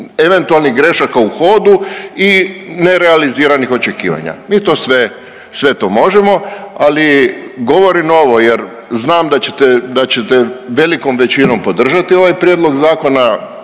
eventualnih grešaka u hodu i nerealiziranih očekivanja. Mi to sve, sve to možemo ali govorim ovo jer znam da ćete velikom većinom podržati ovaj prijedlog zakona